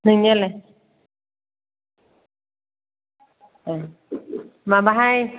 नोंनियालाय ए माबाहाय